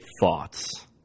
thoughts